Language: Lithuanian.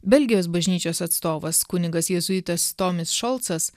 belgijos bažnyčios atstovas kunigas jėzuitas tomis šolcas